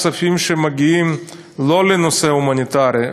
הכספים שמגיעים לא לנושא הומניטרי,